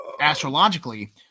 astrologically